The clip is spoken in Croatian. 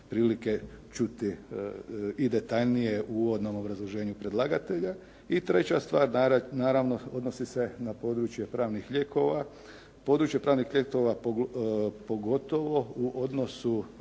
prilike čuti i detaljnije u uvodnom obrazloženju predlagatelja i treća stvar naravno odnosi se na područje pravnih lijekova. Područje pravnih lijekova pogotovo u odnosu